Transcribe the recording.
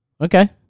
Okay